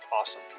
awesome